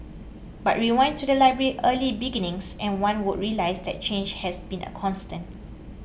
but rewind to the library's early beginnings and one would realise that change has been a constant